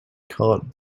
cart